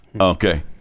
Okay